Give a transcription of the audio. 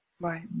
Right